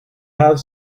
have